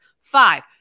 five